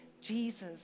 Jesus